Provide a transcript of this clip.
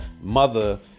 mother